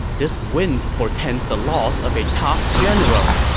this wind portends the loss of a top general!